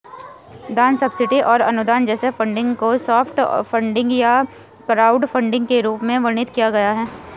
दान सब्सिडी और अनुदान जैसे फंडिंग को सॉफ्ट फंडिंग या क्राउडफंडिंग के रूप में वर्णित किया गया है